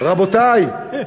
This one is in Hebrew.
רבותי,